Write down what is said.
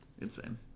Insane